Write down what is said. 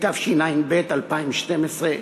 התשע"ב 2012,